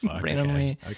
randomly